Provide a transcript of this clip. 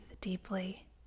deeply